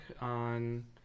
on